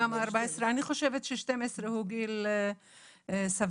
אני חושבת ש-12 הוא גיל סביר.